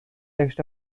text